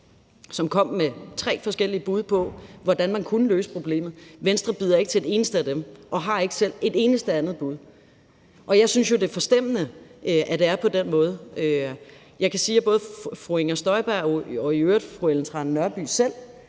som kom med tre forskellige bud på, hvordan man kunne løse problemet. Venstre bider ikke til et eneste af dem og har ikke selv et eneste andet bud, og jeg synes jo, det er forstemmende, at det er på den måde. Jeg kan jo sige, at både fru Inger Støjberg og i øvrigt fru Ellen Trane Nørby selv